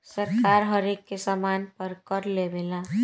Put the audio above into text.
सरकार हरेक सामान पर कर लेवेला